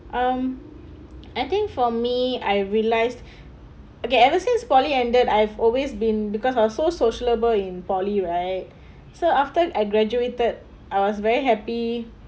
mm I think for me I realised okay ever since poly ended I've always been because I'm so sociable in poly right so after I graduated I was very happy